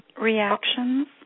Reactions